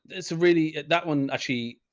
it's a really, that one actually.